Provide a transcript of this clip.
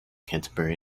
canterbury